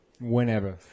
Whenever